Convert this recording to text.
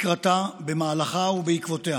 לקראתה, במהלכה ובעקבותיה